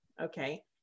okay